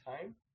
time